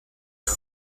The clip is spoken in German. und